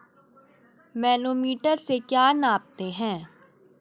Manometer से क्या नापते हैं?